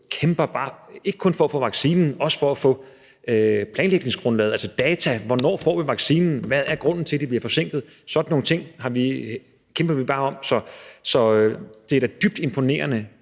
kæmpe, ikke kun for at for at få vaccinen, men også for at få planlægningsgrundlaget, altså data, med hensyn til hvornår vi får vaccinen, og hvad grunden er til, at den bliver forsinket. Sådan nogle ting kæmper vi med. Så det er da dybt imponerende,